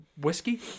whiskey